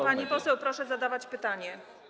Pani poseł, proszę zadawać pytanie.